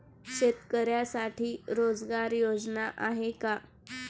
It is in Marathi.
शेतकऱ्यांसाठी रोजगार योजना आहेत का?